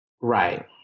Right